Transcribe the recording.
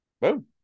Boom